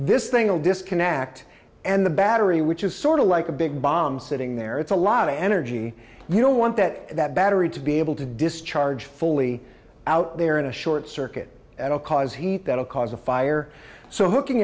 this thing will disconnect and the battery which is sort of like a big bomb sitting there it's a lot of energy you don't want that and that battery to be able to discharge fully out there in a short circuit that will cause heat that will cause a fire so hooking